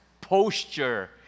posture